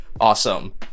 awesome